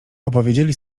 opowiedzieli